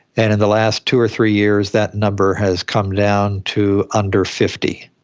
and in the last two or three years that number has come down to under fifty.